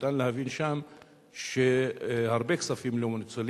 ניתן להבין שם שהרבה כספים לא מנוצלים,